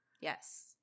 Yes